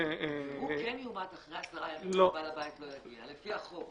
-- והוא כן יומת אחרי עשרה ימים אם בעל הבית לא יגיע לפי החוק.